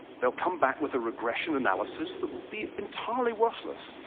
they'll come back with a regression analysis that will be entirely worthless.